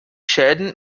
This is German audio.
schäden